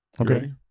Okay